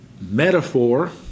metaphor